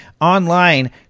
online